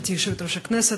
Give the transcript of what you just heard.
גברתי סגנית יושב-ראש הכנסת,